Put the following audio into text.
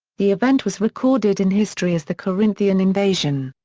the event was recorded in history as the corinthian invasion.